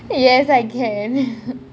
yes I can